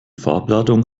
farbladung